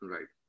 Right